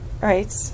Right